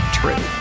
true